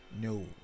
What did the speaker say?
no